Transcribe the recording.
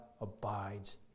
abides